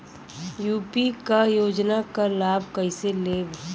UP क योजना क लाभ कइसे लेब?